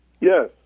Yes